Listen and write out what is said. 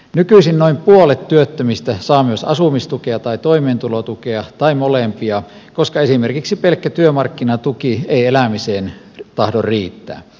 nykyisin noin puolet työttömistä saa myös asumistukea tai toimeentulotukea tai molempia koska esimerkiksi pelkkä työmarkkinatuki ei elämiseen tahdo riittää